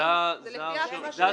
זה השירות.